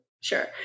Sure